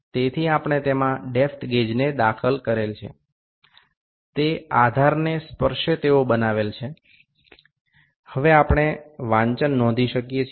તેથી આપણે તેમાં ડેપ્થ ગેજને દાખલ કરેલ છે તે આધારને સ્પર્શે તેવો બનાવેલ છે હવે આપણે વાંચન નોંધી શકીએ છીએ